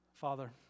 Father